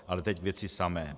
Ale teď k věci samé.